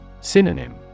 Synonym